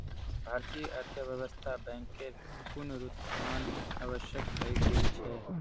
भारतीय अर्थव्यवस्थात बैंकेर पुनरुत्थान आवश्यक हइ गेल छ